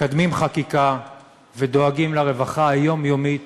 מקדמים חקיקה ודואגים לרווחה היומיומית